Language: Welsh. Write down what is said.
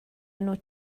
enw